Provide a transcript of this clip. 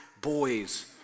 boys